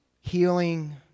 healing